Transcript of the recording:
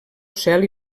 cel